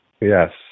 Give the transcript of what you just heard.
Yes